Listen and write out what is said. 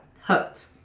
hooked